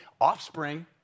offspring